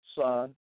Son